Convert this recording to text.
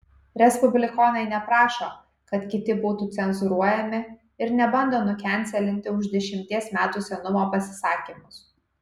respublikonai neprašo kad kiti būtų cenzūruojami ir nebando nukenselinti už dešimties metų senumo pasisakymus